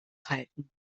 halten